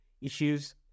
issues